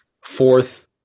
fourth